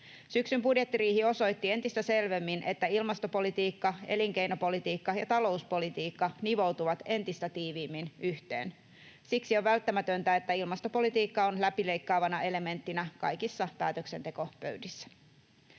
Syksyn budjettiriihi osoitti entistä selvemmin, että ilmastopolitiikka, elinkeinopolitiikka ja talouspolitiikka nivoutuvat entistä tiiviimmin yhteen. Siksi on välttämätöntä, että ilmastopolitiikka on läpileikkaavana elementtinä kaikissa päätöksentekopöydissä.